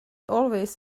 always